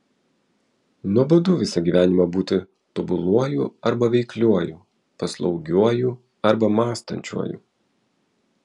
nuobodu visą gyvenimą būti tobuluoju arba veikliuoju paslaugiuoju arba mąstančiuoju